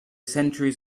centuries